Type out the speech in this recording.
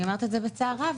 אני אומרת את זה בצער רב,